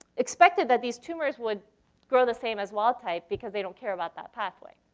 expected that these tumors would grow the same as wild type because they don't care about that pathway.